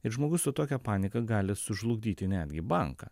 ir žmogus su tokia panika gali sužlugdyti netgi banką